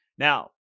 Now